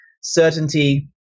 certainty